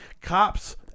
cops